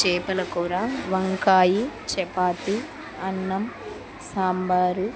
చేపలకూర వంకాయ చపాతి అన్నం సాంబారు